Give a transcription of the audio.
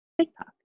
TikTok